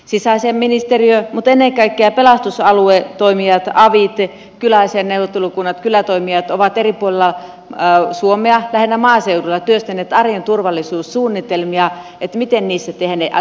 sisäasiainministeriö mutta ennen kaikkea pelastusaluetoimijat avit kyläasiainneuvottelukunnat kylätoimijat ovat eri puolilla suomea lähinnä maaseudulla työstäneet arjen turvallisuussuunnitelmia miten niissä tehdään asioita eteenpäin